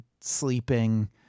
sleeping